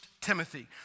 Timothy